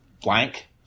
blank